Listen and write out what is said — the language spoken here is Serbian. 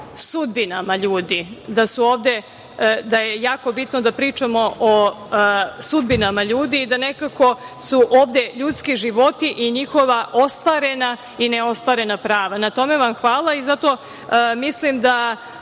sudbinama ljudi, da je jako bitno da pričamo o sudbinama ljudi i da nekako su ovde ljudski životi i njihova ostvarena i ne ostvarena prava. Na tome vam hvala i zato mislim da